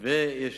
ויש